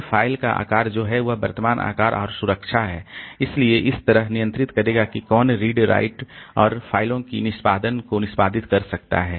फिर फ़ाइल का आकार जो है वह वर्तमान आकार और सुरक्षा है इसलिए यह इस तरह नियंत्रित करेगा कि कौन रीड राइट और फ़ाइलों की निष्पादन को निष्पादित कर सकता है